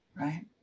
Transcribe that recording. Right